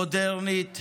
מודרנית,